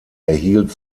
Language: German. erhielt